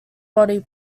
body